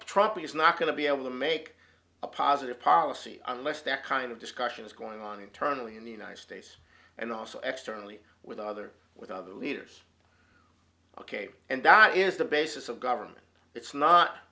probably is not going to be able to make a positive policy unless that kind of discussion is going on internally in the united states and also extremely with other with other leaders and that is the basis of government it's not